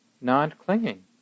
non-clinging